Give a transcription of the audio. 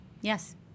Yes